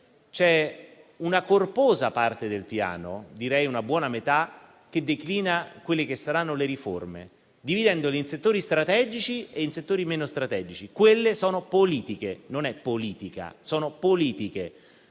C'è una corposa parte del Piano, direi una buona metà, che declina quelle che saranno le riforme, dividendole in settori strategici e in settori meno strategici. Quelle sono politiche - non è politica - che